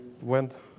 went